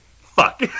Fuck